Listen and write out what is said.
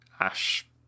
Ash